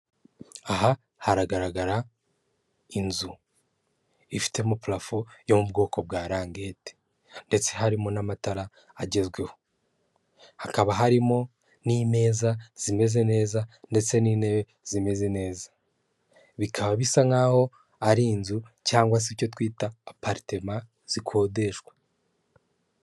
Aha haragaragara inzu ifitemo parafo yo mu bwoko bwa langete ndetse harimo n'amatara agezweho hakaba harimo n'imeza zimeze neza ndetse n'intebe zimeze neza bikaba bisa nk'aho ari inzu cyangwa se icyo twita aparitema zikodeshwa.